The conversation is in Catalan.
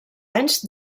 anys